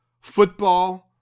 football